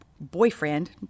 Boyfriend